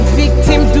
victim